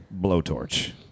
blowtorch